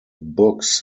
books